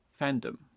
fandom